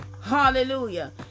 Hallelujah